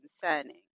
concerning